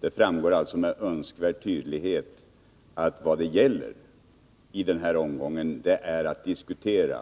Det framgår med önskvärd tydlighet att vad det gäller i den här omgången är att diskutera